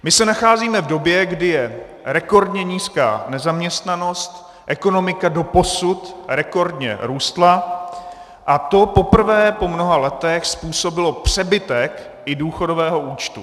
My se nacházíme v době, kdy je rekordně nízká nezaměstnanost, ekonomika doposud rekordně rostla a to poprvé po mnoha letech způsobilo přebytek i důchodového účtu.